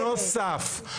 לא נכנס לקמפיין נוסף.